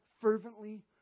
fervently